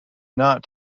not